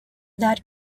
that